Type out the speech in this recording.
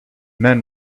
men